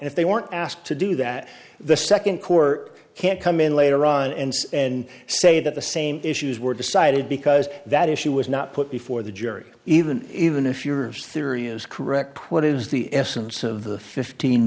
if they weren't asked to do that the second court can't come in later on and and say that the same issues were decided because that issue was not put before the jury even even if your theory is correct what is the essence of the fifteen